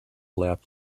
lap